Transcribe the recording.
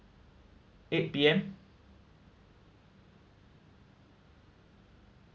eight P_M